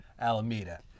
Alameda